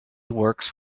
works